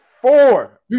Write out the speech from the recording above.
four